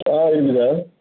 ஆ இருக்குது சார்